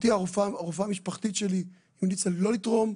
לי הרופאה המשפחתית שלי המליצה לא לתרום.